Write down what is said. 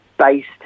based